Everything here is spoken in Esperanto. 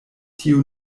tio